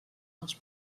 els